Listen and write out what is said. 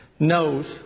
Knows